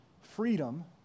freedom